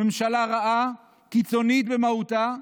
ממשלה רעה, קיצונית במהותה.